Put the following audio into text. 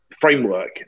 framework